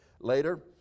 Later